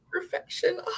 perfection